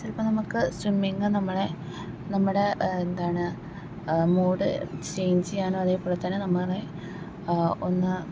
ചിലപ്പം നമുക്ക് സ്വിമ്മിങ്ങ് നമ്മളുടെ നമ്മുടെ എന്താണ് മൂഡ് ചേഞ്ച് ചെയ്യാനും അതേപോലെ തന്നെ നമ്മുടെ ഒന്ന്